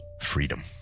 freedom